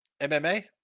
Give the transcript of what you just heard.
MMA